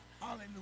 hallelujah